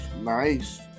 Nice